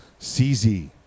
CZ